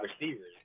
receivers